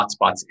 hotspots